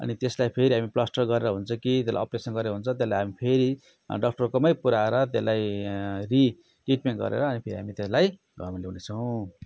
अनि त्यसलाई फेरि हामी प्लास्टर गरेर हुन्छ कि त्यसलाई अप्रेसन गरेर हुन्छ त्यसलाई हामी फेरि डाक्टरको मै पुऱ्याएर त्यसलाई रि ट्रिटमेन्ट गरेर अनि त हामी त्यसलाई घरमा ल्याउने छौँ